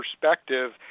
perspective